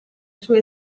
sue